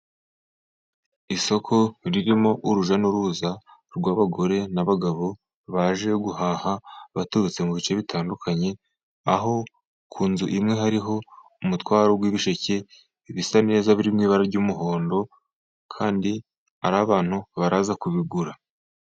Isoko ririmo urujya n'uruza rw'abagore n'abagabo baje guhaha abaturutse mu bice bitandukanye, aho ku nzu imwe hariho umutwaro w'ibisheke bisa neza biri mu ibara ry'umuhondo kandi hari abantu baraza kubigura.